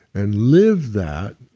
and live that,